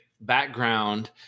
background